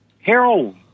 Harold